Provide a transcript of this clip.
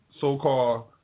so-called